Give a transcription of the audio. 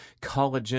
collagen